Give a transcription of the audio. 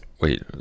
Wait